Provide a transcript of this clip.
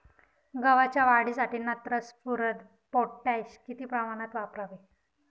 गव्हाच्या वाढीसाठी नत्र, स्फुरद, पोटॅश किती प्रमाणात वापरावे?